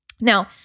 Now